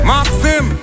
Maxim